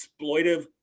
exploitive